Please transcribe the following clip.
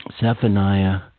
Zephaniah